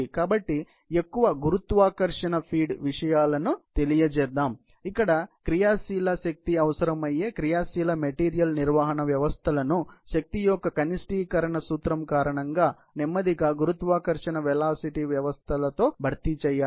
కాబట్టి ఎక్కువ గురుత్వాకర్షణ ఫీడ్ విషయాలను తెలియజేద్దాం ఇక్కడ క్రియాశీల శక్తి అవసరమయ్యే క్రియాశీల మెటీరియల్ నిర్వహణ వ్యవస్థలను శక్తి యొక్క కనిష్టీకరణ సూత్రం కారణంగా నెమ్మదిగా గురుత్వాకర్షణ వెలాసిటీ వ్యవస్థల తో భర్తీ చేయాలి